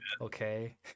Okay